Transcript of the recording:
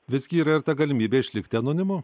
visgi yra ir ta galimybė išlikti anonimu